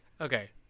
Okay